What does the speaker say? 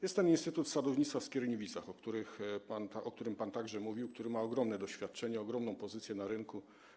Jest ten instytut sadownictwa w Skierniewicach, o którym pan także mówił, a który ma ogromne doświadczenie, ogromną pozycję na rynku.